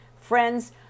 friends